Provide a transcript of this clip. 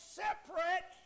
separate